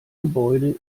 gebäude